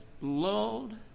lulled